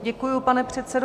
Děkuji, pane předsedo.